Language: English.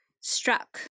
struck